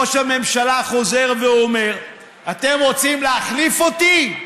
ראש הממשלה חוזר ואומר: אתם רוצים להחליף אותי?